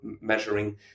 measuring